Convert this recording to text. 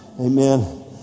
Amen